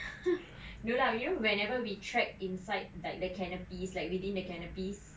no lah you know whenever we track inside like the canopies like within the canopies